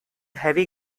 heavy